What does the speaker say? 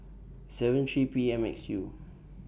seven three P M X U